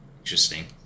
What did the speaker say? Interesting